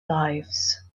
lives